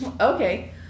Okay